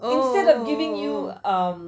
oh oh oh oh